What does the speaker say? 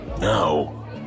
Now